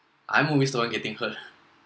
I'm always the one getting hurt